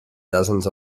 dozens